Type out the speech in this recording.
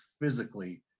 physically